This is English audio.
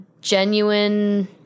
genuine